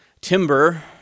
timber